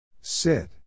Sit